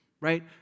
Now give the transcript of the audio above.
right